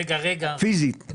פיזית.